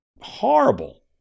horrible